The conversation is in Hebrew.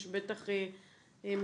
יש בטח מחנכות.